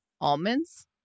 almonds